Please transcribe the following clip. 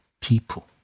people